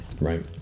right